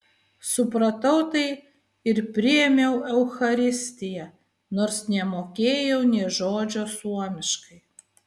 supratau tai ir priėmiau eucharistiją nors nemokėjau nė žodžio suomiškai